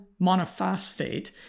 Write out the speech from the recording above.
monophosphate